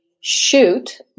shoot